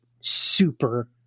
super